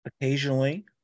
Occasionally